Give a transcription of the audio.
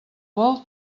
vol